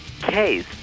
case